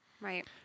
right